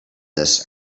this